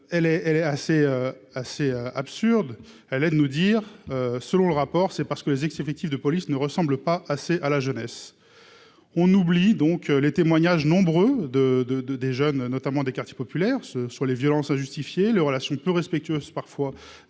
assez, assez absurde, elle, elle nous dire, selon le rapport, c'est parce que les ex-effectifs de police ne ressemble pas assez à la jeunesse, on oublie donc les témoignages nombre de, de, de, des jeunes notamment des quartiers populaires ce sur les violences à justifier le relation peu respectueuse parfois